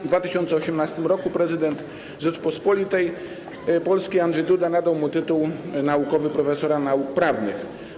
W 2018 r. prezydent Rzeczypospolitej Polskiej Andrzej Duda nadał mu tytuł naukowy profesora nauk prawnych.